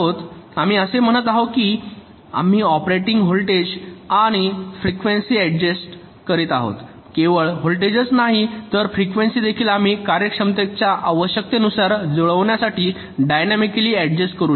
आम्ही असे म्हणत आहोत की आम्ही ऑपरेटिंग व्होल्टेज आणि फ्रिकवेंसी ऍडजस्ट करीत आहोत केवळ व्होल्टेजच नाही तर फ्रिकवेंसी देखील आम्ही कार्यक्षमतेच्या आवश्यकतेशी जुळण्यासाठी डायनॅमिकली ऍडजस्ट करू शकतो